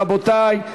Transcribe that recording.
רבותי,